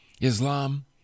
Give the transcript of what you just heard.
Islam